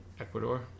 Ecuador